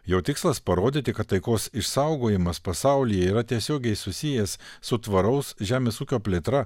jo tikslas parodyti kad taikos išsaugojimas pasaulyje yra tiesiogiai susijęs su tvaraus žemės ūkio plėtra